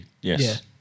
Yes